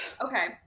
Okay